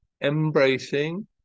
embracing